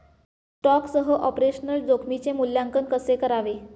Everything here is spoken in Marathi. स्टॉकसह ऑपरेशनल जोखमीचे मूल्यांकन कसे करावे?